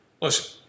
listen